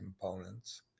components